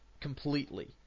completely